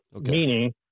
meaning